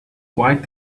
quite